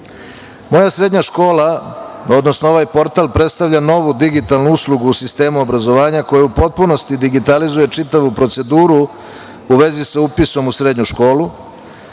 srednja škola“, odnosno ovaj portal predstavlja novu digitalnu uslugu u sistemu obrazovanja koja u potpunosti digitalizuje čitavu proceduru u vezi sa upisom u srednju školu.